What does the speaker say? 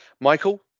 Michael